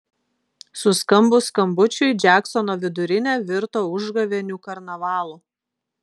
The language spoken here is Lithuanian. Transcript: suskambus skambučiui džeksono vidurinė virto užgavėnių karnavalu